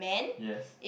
yes